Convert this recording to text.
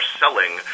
selling